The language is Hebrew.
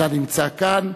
אתה נמצא כאן.